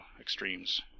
extremes